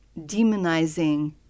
demonizing